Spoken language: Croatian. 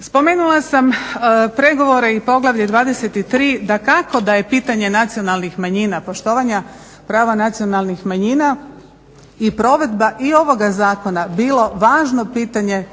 Spomenula sam pregovore i poglavlje 23, dakako da je pitanje nacionalnih manjina, poštovanja prava nacionalnih manjina i provedba i ovoga zakona bilo važno pitanje